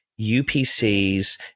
UPCs